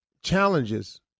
Challenges